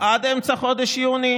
עד אמצע חודש יוני,